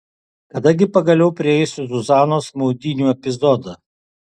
kada gi pagaliau prieisiu zuzanos maudynių epizodą